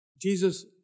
Jesus